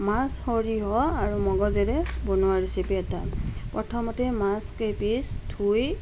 মাছ সৰিয়হ আৰু মগজেৰে বনোৱা ৰেচিপি এটা প্ৰথমতে মাছ কেইপিছ ধুই